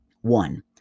One